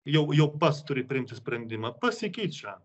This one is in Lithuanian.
jau jau pats turi priimti sprendimą pasikeičia